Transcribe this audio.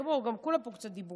בוא, גם כולם פה קצת דיברו.